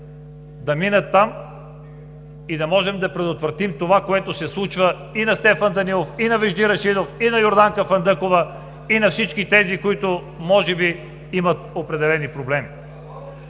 да минат там и да можем да предотвратим това, което се случва и на Стефан Данаилов, и на Вежди Рашидов, и на Йорданка Фандъкова, и на всички, които имат определени проблеми.